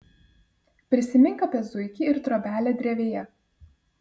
prisimink apie zuikį ir trobelę drevėje